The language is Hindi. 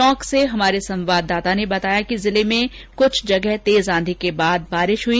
टोंक से हमारे संवाददाता ने बताया कि जिले में क्छ जगह तेज आंधी के बाद बारिश हुई